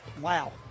wow